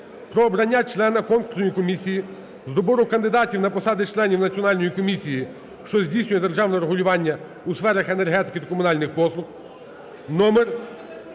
про обрання члена Конкурсної комісії з добору кандидатів на посади членів Національної комісії, що здійснює державне регулювання у сферах енергетики та комунальних послуг